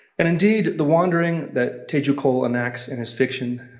and indeed the wandering that teju cole enacts in his fiction,